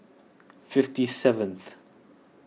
fifty seventh